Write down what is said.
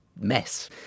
mess